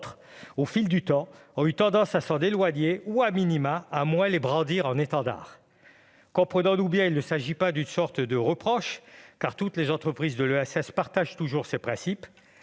au fil du temps, ont eu tendance s'en éloigner ou,, à moins les brandir en étendard. Comprenons-nous bien, il ne s'agit pas d'une sorte de reproche, car toutes les entreprises de l'ESS partagent toujours ces principes,